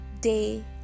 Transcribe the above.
day